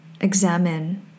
examine